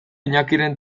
iñakiren